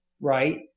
right